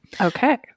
Okay